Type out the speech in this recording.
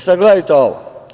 Sada gledajte ovo.